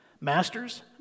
Masters